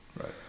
Right